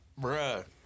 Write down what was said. Bruh